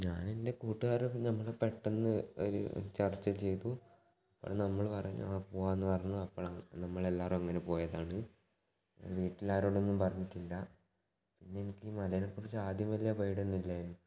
ഞാൻ എൻ്റെ കൂട്ടുകാരോടൊപ്പം നമ്മള് പെട്ടന്ന് ഒര് ചർച്ച ചെയ്തു അവിടെ നമ്മള് പറഞ്ഞ് ആ പോകാന്ന് പറഞ്ഞു അപ്പളാണ് നമ്മളെല്ലാരും അങ്ങനെ പോയതാണ് വീട്ടിലാരോടും ഒന്നും പറഞ്ഞിട്ടില്ല പിന്നെ എനിക്ക് ഈ മലയെക്കുറിച്ച് ആദ്യം വലിയ പേടിയൊന്നും ഇല്ലായിരുന്നു